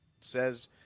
says